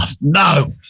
No